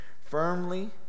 firmly